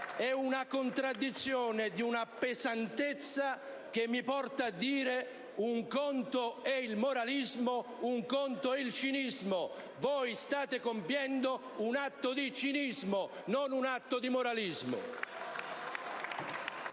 È una contraddizione di una pesantezza tale che mi porta a dire: un conto è il moralismo, un conto è il cinismo. Voi state compiendo un atto di cinismo, non un atto di moralismo!